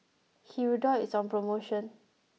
Hirudoid is on promotion